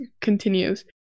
continues